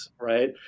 right